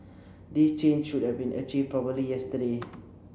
this change should have been achieved probably yesterday